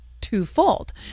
twofold